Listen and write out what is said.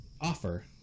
offer